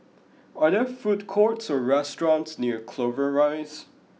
are there food courts or restaurants near Clover Rise